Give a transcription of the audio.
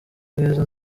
ubwiza